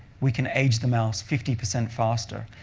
we can age the mouse fifty percent faster.